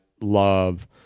love